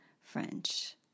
French